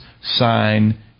sign